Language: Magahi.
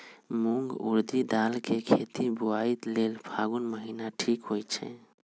मूंग ऊरडी दाल कें खेती बोआई लेल फागुन महीना ठीक होई छै